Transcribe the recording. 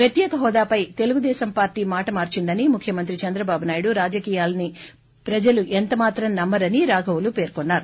ప్రత్యేక హోదాపై తెలుగుదేశం పార్లీ మాటమార్చిందని ముఖ్యమంత్రి చంద్రబాబు నాయుడు రాజకీయాన్ని ప్రజలు ఎంత మాత్రం నమ్మ రని రాఘవులు పేర్కొన్నారు